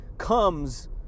Comes